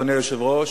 אדוני היושב-ראש,